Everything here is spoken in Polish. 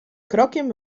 krokiem